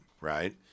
right